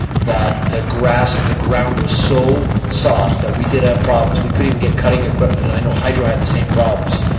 that the grass, the ground was so soft that we did have problems. we couldn't even get cutting equipment. and i know hydro had the same problems,